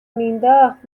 مینداخت